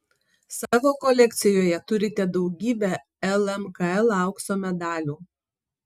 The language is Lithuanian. savo kolekcijoje turite daugybę lmkl aukso medalių